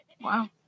Wow